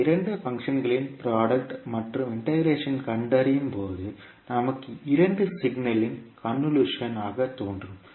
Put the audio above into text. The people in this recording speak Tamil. இந்த இரண்டு பங்க்ஷன்களின் ப்ராடக்ட் மற்றும் இண்டெகரேஷன் கண்டறியும்போது நமக்கு இரண்டு சிக்னல் இன் கன்வொல்யூஷன் ஆக தோன்றும்